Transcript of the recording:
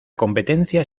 competencia